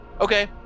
Okay